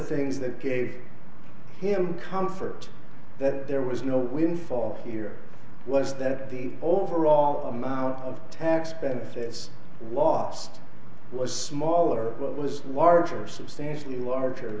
things that gave him comfort that there was no windfall here was that the overall amount of tax benefits last was smaller it was larger substantially larger